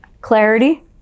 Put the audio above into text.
clarity